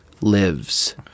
lives